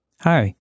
Hi